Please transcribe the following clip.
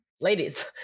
ladies